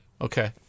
okay